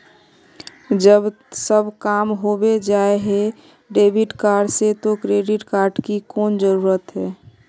जब सब काम होबे जाय है डेबिट कार्ड से तो क्रेडिट कार्ड की कोन जरूरत है?